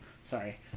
Sorry